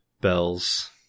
Bells